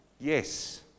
Yes